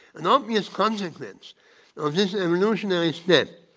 an obvious consequence of this evolutionary step